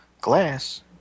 Glass